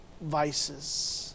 vices